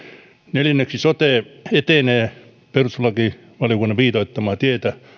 neljänneksi sote etenee perustuslakivaliokunnan viitoittamaa tietä